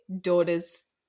daughters